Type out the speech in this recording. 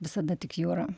visada tik jūra